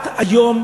את היום,